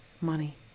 Money